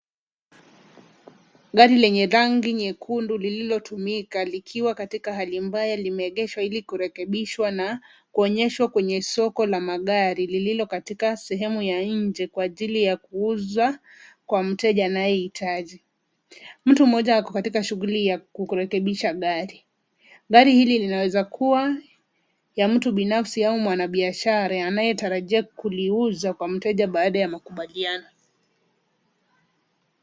Gari lenye rangi nyekundu lililotumika likiwa katika hali mbaya limeegeshwa ili kurekebishwa na kuonyeshwa kwenye soko la magari lililo katika sehemu ya nje kwa ajili ya kuuza kwa mteja anaye hitaji. Mtu mmoja ako katika shughuli ya kukurekebisha gari. Gari hili linaweza kuwa ya mtu binafsi au mwanabiashara anayetarajia kuliuza kwa mteja baada ya makubaliano.